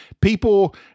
People